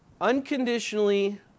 unconditionally